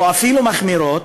או אפילו מחמירות,